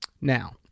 Now